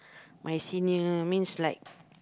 my senior means like